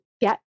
get